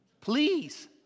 Please